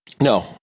No